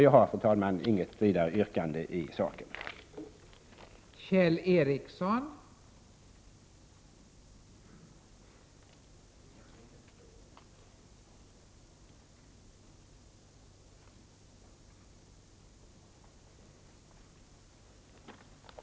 Jag har, fru talman, inget vidare yrkande i denna fråga.